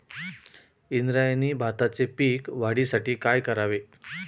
इंद्रायणी भाताचे पीक वाढण्यासाठी काय करावे?